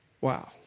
Wow